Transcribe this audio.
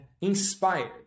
inspired